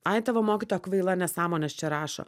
ai tavo mokytoja kvaila nesąmones čia rašo